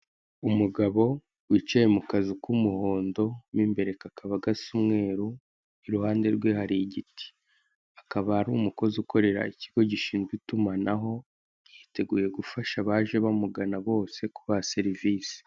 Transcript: Umugabo wicaye mu kazu k'umuhondo mo imbere kakaba gara umweru, iruhande rwe hari igita akaba ari umukozi ukorera ikigo gishinzwe itumanaho, yiteguye gufasha abaje bamugana bose kubaha serivise.